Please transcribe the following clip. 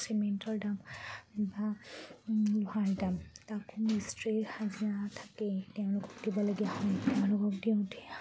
চিমেণ্টৰ দাম বা লোহাৰ দাম তাকো মিস্ত্ৰীৰ হাজিৰা থাকেই তেওঁলোকক দিবলগীয়া হয় তেওঁলোকক দিওঁতেই